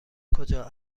کجا